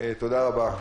תודה רבה.